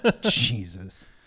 Jesus